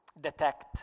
detect